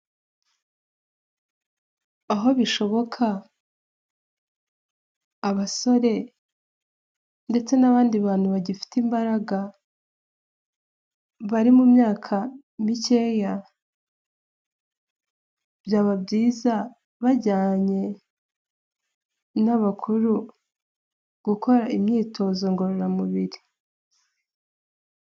Aho bishoboka abasore ndetse n'abandi bantu bagifite imbaraga bari mu myaka mikeya byaba byiza bajyanye n'abakuru gukora imyitozo ngororamubiri.